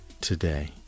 today